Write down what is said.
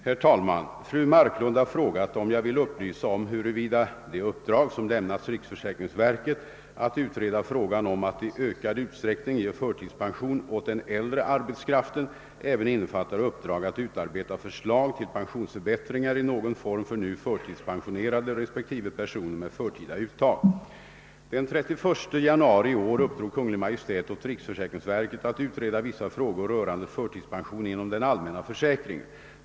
Herr talman! Fru Marklund har frågat om jag vill upplysa om huruvida det uppdrag som lämnats riksförsäkringsverket att utreda frågan om att i ökad utsträckning ge förtidspension åt den äldre arbetskraften även innefattar uppdrag att utarbeta förslag till pensionsförbättringar i någon form för nu förtidspensionerade respektive personer med förtida uttag. Den 31 januari i år uppdrog Kungl. Maj:t åt riksförsäkringsverket att utreda vissa frågor rörande förtidspension inom den allmänna försäkringen.